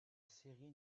série